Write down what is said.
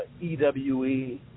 EWE